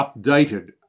updated